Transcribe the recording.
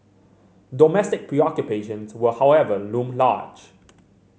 domestic preoccupations will however loom large